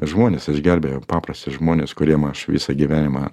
žmonės išgelbėjo paprasti žmonės kuriem aš visą gyvenimą